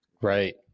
Right